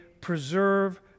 preserve